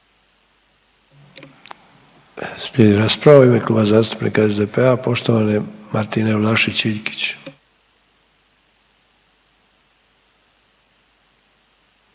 Slijedi rasprava u ime Kluba zastupnika SDP-a poštovane Martine Vlašić Iljkić.